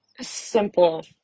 simple